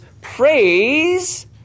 praise